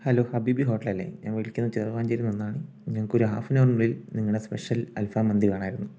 hello ഹബീബി hotel അല്ലേ ഞാൻ വിളിക്കുന്നത് ചെറുവാഞ്ചേരിയിൽ നിന്നാണ് ഞങ്ങൾക്കൊരു ഹാഫ് ആൻ ഹവറിനുള്ളിൽ നിങ്ങളുടെ സ്പെഷ്യൽ അൽഫാം മന്തി വേണമായിരുന്നു